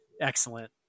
excellent